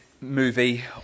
movie